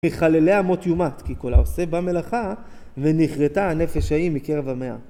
מחלליה מות יומת, כי כל העושה בה מלאכה ונכרתה הנפש ההיא מקרב עמה.